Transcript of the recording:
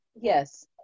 Yes